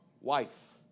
wife